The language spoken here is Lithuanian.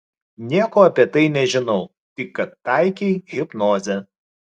nieko apie tai nežinau tik kad taikei hipnozę